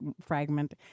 fragment